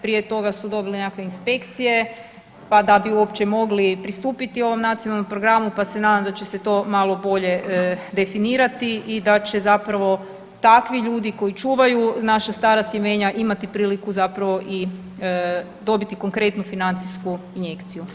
Prije toga su dobili nekakve inspekcije pa da bi uopće mogli pristupiti ovom Nacionalnom programu, pa se nadam da će se to malo bolje definirati i da će zapravo takvi ljudi koji čuvaju naša stara sjemenja imati priliku zapravo i dobiti konkretnu financijsku injekciju.